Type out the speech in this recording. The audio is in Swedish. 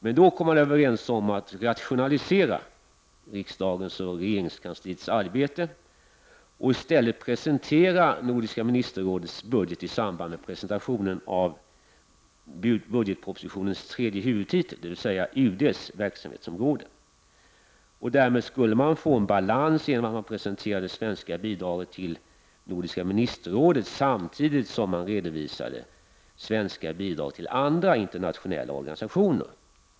Man kom sedan överens om att rationalisera riksdagens och regeringskansliets arbete och i stället presentera Nordiska ministerrådets budget i samband med presentationen av budgetpropositionens tredje huvudtitel, dvs. UD:s verksamhetsområde. Därmed skulle man få en balans så till vida att man presenterar det svenska bidraget till Nordiska ministerrådet samtidigt som man redovisar de svenska bidragen till andra internationella organisationer.